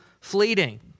fleeting